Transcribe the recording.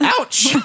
Ouch